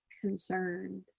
concerned